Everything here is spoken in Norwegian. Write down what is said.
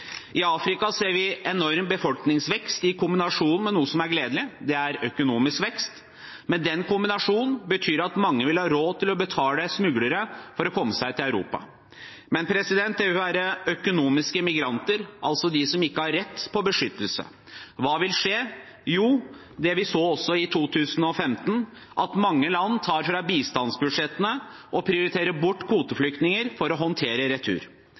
I Afrika ser vi en enorm befolkningsvekst i kombinasjon med noe som er gledelig, og det er økonomisk vekst, men den kombinasjonen betyr at mange vil ha råd til å betale smuglere for å komme seg til Europa. Det vil være økonomiske immigranter, de som ikke har rett på beskyttelse. Hva vil skje? Jo, det vi så også i 2015: at mange land tar fra bistandsbudsjettene og nedprioriterer kvoteflyktninger for å håndtere retur.